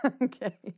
Okay